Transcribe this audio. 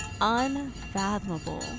Unfathomable